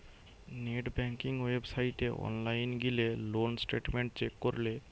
net banking ওয়েবসাইটে online গিলে loan statement check করলে